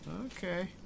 Okay